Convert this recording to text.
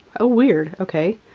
ah weird. okay.